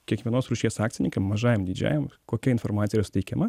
kiekvienos rūšies akcininkam mažajam didžiajam kokia informacija yra suteikiama